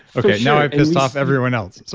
okay, now i've pissed off everyone else.